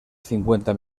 cincuenta